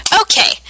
Okay